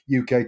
UK